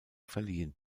verliehen